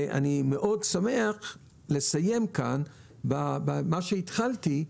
ואני שמח מאוד לסיים כאן במה שהתחלתי.